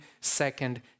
second